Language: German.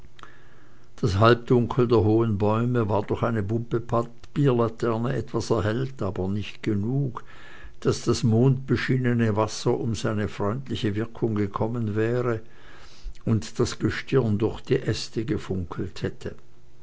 das halbdunkel der hohen bäume war durch eine bunte papierlaterne etwas erhellt aber nicht genug daß das mondbeschienene wasser um seine freundliche wirkung ge kommen wäre und das gestirn matter durch die liste gefunkelt hätte